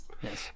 Yes